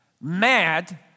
mad